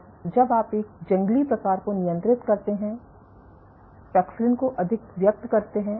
और जब आप एक जंगली प्रकार को नियंत्रित करते हैं पैक्सिलिन को अधिक व्यक्त करते हैं